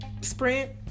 sprint